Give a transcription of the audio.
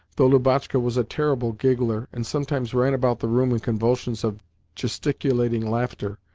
though lubotshka was a terrible giggler, and sometimes ran about the room in convulsions of gesticulating laughter,